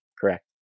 Correct